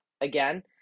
again